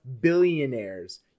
billionaires